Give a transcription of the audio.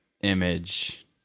image